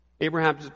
Abraham